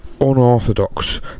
unorthodox